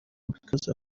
because